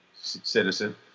citizen